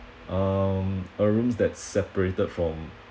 um a room that separated from